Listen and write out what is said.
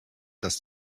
dass